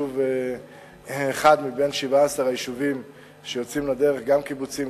יישוב אחד מבין 17 היישובים שיוצאים לדרך: גם קיבוצים,